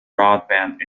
broadband